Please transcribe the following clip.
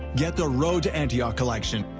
get the road to antioch collection,